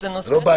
זה לא בעיות.